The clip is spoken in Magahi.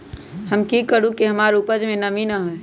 हम की करू की हमार उपज में नमी होए?